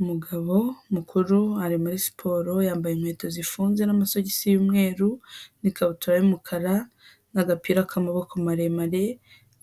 Umugabo mukuru ari muri siporo yambaye inkweto zifunze n'amasogisi y'umweru n'ikabutura y'umukara n'agapira k'amaboko maremare,